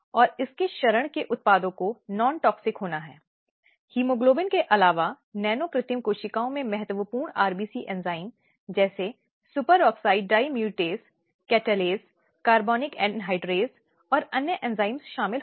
यह एक बुराई है जो दशकों से और सदियों से और आज भी लोगों के लालच के कारण लोगों की बढ़ती संपत्ति के कारण प्रचलित है